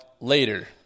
later